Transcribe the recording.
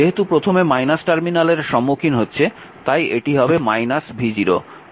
যেহেতু প্রথমে টার্মিনালের সম্মুখীন হচ্ছে তাই এটি হবে v0